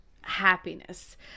happiness